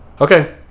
okay